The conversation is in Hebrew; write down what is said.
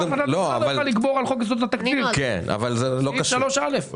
חוק יסודות התקציב, סעיף 3(א).